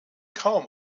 kaum